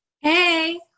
Hey